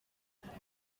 inkuru